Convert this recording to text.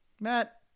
Matt